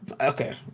okay